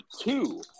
two